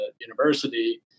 university